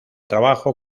trabajó